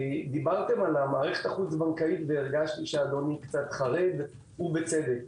דיברתם על המערכת החוץ בנקאית והרגשתי שאדוני קצת חרד ובצדק.